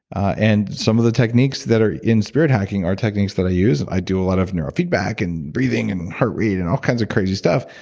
and some of the techniques that are in spirit hacking are techniques that i use. i do a lot of neurofeedback and breathing and heart rate and all kinds of crazy stuff.